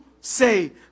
say